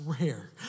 rare